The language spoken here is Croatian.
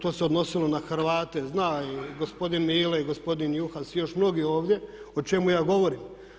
To se odnosilo na Hrvate, zna i gospodin Mile i gospodin Juhas i još mnogi ovdje o čemu ja govorim.